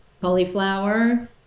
cauliflower